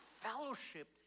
fellowship